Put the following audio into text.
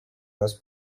jos